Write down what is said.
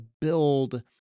build